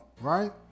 right